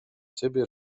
ciebie